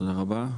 תודה רבה,